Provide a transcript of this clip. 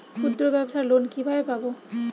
ক্ষুদ্রব্যাবসার লোন কিভাবে পাব?